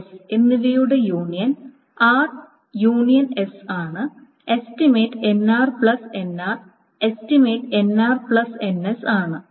r sഎന്നിവയുടെ union ആണ് estimate ആണ്